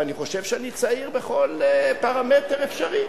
ואני חושב שאני צעיר בכל פרמטר אפשרי.